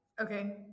okay